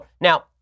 Now